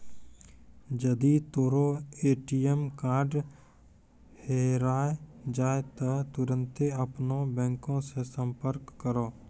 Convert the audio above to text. जदि तोरो ATM card हेराय जाय त तुरन्ते अपनो बैंको से संपर्क करो